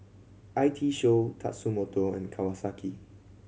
I T Show Tatsumoto and Kawasaki